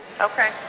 Okay